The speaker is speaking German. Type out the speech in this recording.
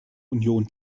union